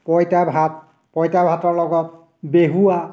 পঁইতা ভাত পঁইতা ভাতৰ লগত বেহুৱা